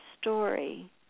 story